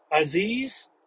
Aziz